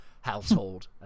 household